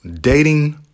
dating